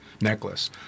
necklace